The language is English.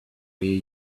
way